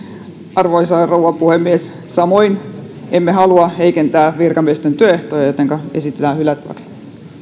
arvoisa rouva puhemies samoin emme halua heikentää virkamiesten työehtoja jotenka esitetään hylättäväksi